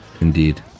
Indeed